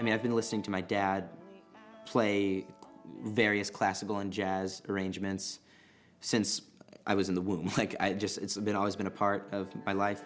i mean i've been listening to my dad play various classical and jazz arrangements since i was in the womb like i just it's been always been a part of my life